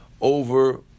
over